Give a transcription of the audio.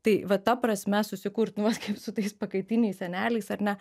tai va ta prasme susikurt nu vat kaip su tais pakaitiniais seneliais ar ne